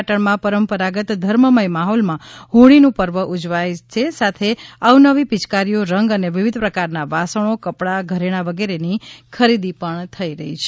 પાટણમાં પરંપરાગત ધર્મમય માહોલમાં હોળીનું પર્વ ઉજવાયા સાથે અવનવી પિચકારીઓ રંગ અને વિવિધ પ્રકારના વાસણો કપડા ઘરેણા વિગેરેની ખરીદી થવા પામી હતી